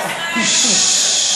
אנחנו מחכים לו כל הזמן.